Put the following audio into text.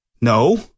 No